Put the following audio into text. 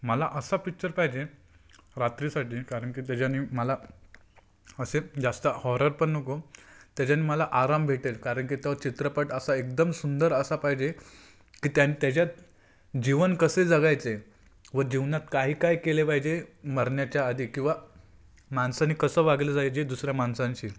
मला असा पिच्चर पाहिजे रात्रीसाठी कारण की त्याच्यानी मला असे जास्त हॉरर पण नको त्याच्यानी मला आराम भेटेल कारण की तो चित्रपट असा एकदम सुंदर असा पाहिजे की त्यान त्याच्यात जीवन कसे जगायचे व जीवनात काही काय केले पाहिजे मरण्याच्या आधी किंवा माणसानी कसं वागलं वागायचे दुसऱ्या माणसांशी